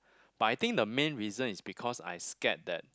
but I think the main reason is because I scared that